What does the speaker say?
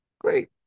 Great